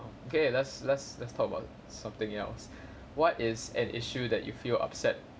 okay let's let's let's talk about something else what is an issue that you feel upset